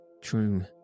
True